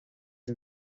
and